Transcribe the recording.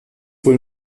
wohl